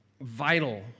vital